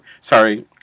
Sorry